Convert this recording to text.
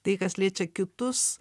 tai kas liečia kitus